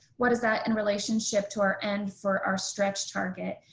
what is that in relationship to our end for our stretch target?